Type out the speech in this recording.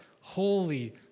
holy